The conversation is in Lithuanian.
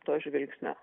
to žvilgsnio